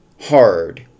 hard